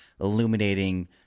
illuminating